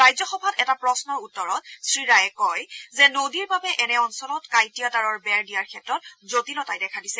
ৰাজ্যসভাত এটা প্ৰশ্নৰ উত্তৰত শ্ৰীৰায়ে কয় যে নদীৰ বাবে এনে অঞ্চলত কাঁইটীয়া তাঁৰৰ বেৰ দিয়াৰ ক্ষেত্ৰত জটিলতাই দেখা দিছে